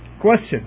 question